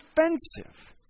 offensive